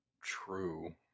true